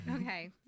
Okay